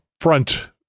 front